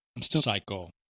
Cycle